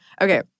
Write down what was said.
Okay